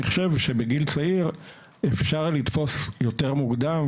אני חושב שבגיל צעיר אפשר לתפוס יותר מוקדם,